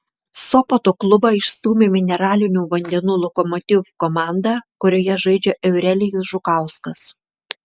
sopoto klubą išstūmė mineralinių vandenų lokomotiv komanda kurioje žaidžia eurelijus žukauskas